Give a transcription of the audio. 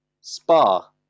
Spa